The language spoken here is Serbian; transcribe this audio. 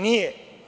Nije.